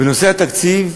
בנושא התקציב,